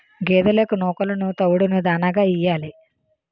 గేదెలకు నూకలును తవుడును దాణాగా యియ్యాలి